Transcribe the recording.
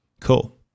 Cool